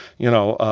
you know,